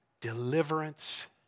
deliverance